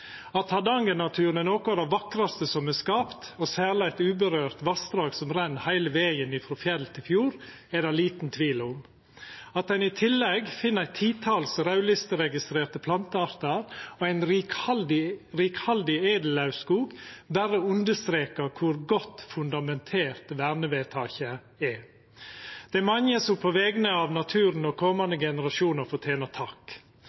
At Hardanger-naturen er noko av det vakraste som er skapt, og særleg eit urørt vassdrag som renn heile vegen frå fjell til fjord, er det liten tvil om. At ein i tillegg finn eit tital raudliste-registrerte planteartar og ein rikhaldig edellauvskog, berre understrekar kor godt fundamentert vernevedtaket er. Det er mange som på vegner av naturen og